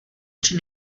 při